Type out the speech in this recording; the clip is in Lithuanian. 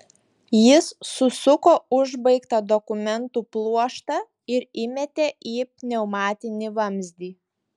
jis susuko užbaigtą dokumentų pluoštą ir įmetė į pneumatinį vamzdį